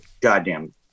goddamn